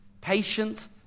patient